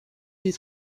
des